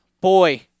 boy